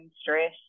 stress